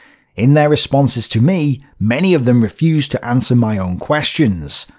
in their responses to me, many of them refuse to answer my own questions.